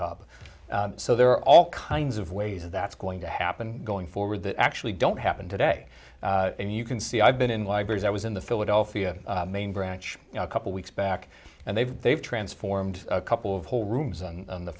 hub so there are all kinds of ways that's going to happen going forward that actually don't happen today and you can see i've been in libraries i was in the philadelphia main branch a couple weeks back and they've they've transformed a couple of whole rooms on the